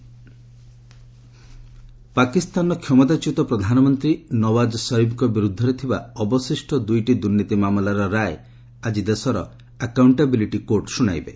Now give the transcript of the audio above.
ପାକ୍ ସରିଫ ପାକିସ୍ତାନର କ୍ଷମତାଚ୍ୟୁତ ପ୍ରଧାନମନ୍ତ୍ରୀ ନୱାକ ସରିଫ୍ଙ୍କ ବିରୁଦ୍ଧରେ ଥିବା ଅବଶିଷ୍ଟ ଦୁଇଟି ଦୁର୍ନୀତି ମାମଲାର ରାୟ ଆଜି ଦେଶର ଆକାଉଣ୍ଟେବିଲିଟି କୋର୍ଟ ଶୁଣାଇବେ